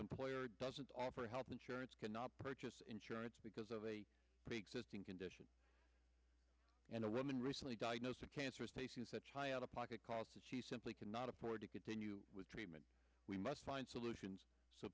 employer doesn't offer health insurance cannot purchase insurance because of a preexisting condition and a woman recently diagnosed with cancer is facing such high out of pocket costs that she simply cannot afford to continue with treatment we must find solutions so